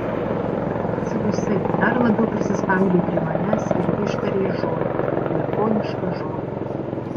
staiga tu atsidusai dar labiau prisispaudei prie manęs ir ištarei žodį japonišką žodį